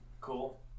Cool